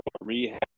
rehab